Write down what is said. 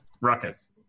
Ruckus